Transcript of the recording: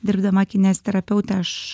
dirbdama kineziterapeute aš